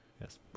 Yes